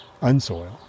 unsoil